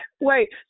wait